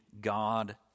God